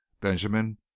Benjamin